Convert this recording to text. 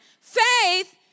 faith